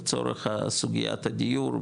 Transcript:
לצורך סוגיית הדיור,